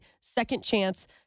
second-chance